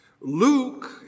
Luke